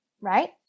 right